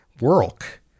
work